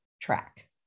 track